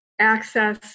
access